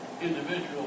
individual